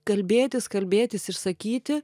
kalbėtis kalbėtis išsakyti